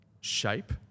shape